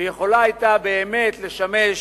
ויכולה היתה באמת לשמש